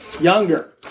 younger